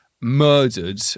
murdered